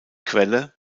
quelle